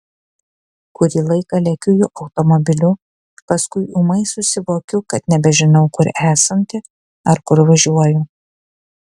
kurį laiką lekiu jo automobiliu paskui ūmai susivokiu kad nebežinau kur esanti ar kur važiuoju